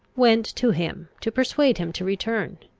went to him to persuade him to return.